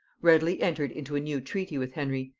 readily entered into a new treaty with henry,